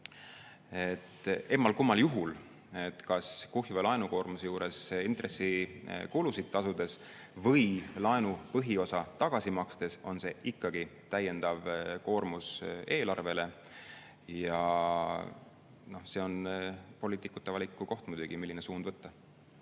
et emmal-kummal juhul, kas kuhjuva laenukoormuse juures intressikulusid tasudes või laenu põhiosa tagasi makstes, on see ikkagi täiendav koormus eelarvele. See on muidugi poliitikute valikukoht, milline suund võtta.